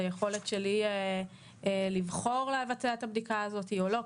את היכולת שלי לבחור לבצע את הבדיקה הזאת או לא,